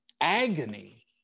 agony